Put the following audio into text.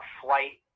flight